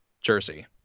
jersey